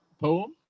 poem